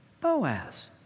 Boaz